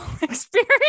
experience